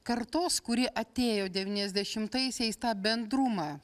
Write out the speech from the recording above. kartos kuri atėjo devyniasdešimtaisiais tą bendrumą